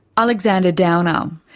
alexander downer. um